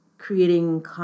creating